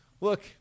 look